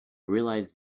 realise